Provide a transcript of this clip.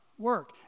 work